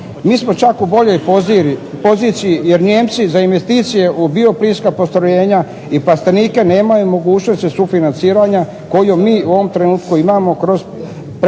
Mi smo čak u boljoj poziciji jer Nijemci za investicije u bioplinska postrojenja i plastenike nemaju mogućnost sufinanciranja koju mi u ovom trenutku imamo kroz predpristupni